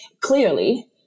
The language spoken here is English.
clearly